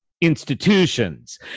institutions